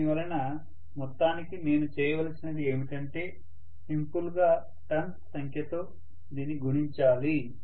దీనివలన మొత్తానికి నేను చేయవలసినది ఏమిటంటే సింపుల్ గా టర్న్స్ సంఖ్యతో దీన్ని గుణించాలి